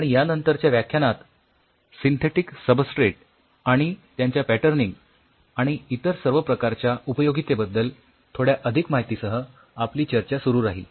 आणि यानंतरच्या व्याख्यानात सिंथेटिक सबस्ट्रेट आणि त्यांच्या पॅटर्निंग आणि इतर सर्व प्रकारच्या उपयोगीतेबद्दल थोड्या अधिक माहितीसह आपली चर्चा सुरु राहील